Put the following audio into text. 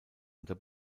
unter